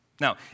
Now